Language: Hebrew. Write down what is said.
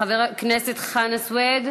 חבר הכנסת חנא סוייד,